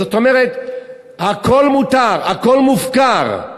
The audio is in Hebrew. זאת אומרת, הכול מותר, הכול מופקר.